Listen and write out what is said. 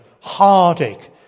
heartache